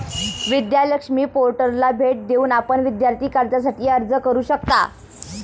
विद्या लक्ष्मी पोर्टलला भेट देऊन आपण विद्यार्थी कर्जासाठी अर्ज करू शकता